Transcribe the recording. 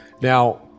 now